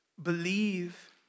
Believe